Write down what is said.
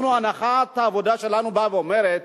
הנחת העבודה שלנו באה ואומרת,